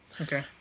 okay